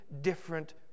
different